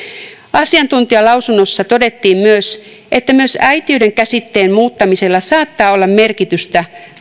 asiantuntijalausunnossa todettiin että myös äitiyden käsitteen muuttamisella saattaa olla merkitystä